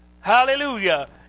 Hallelujah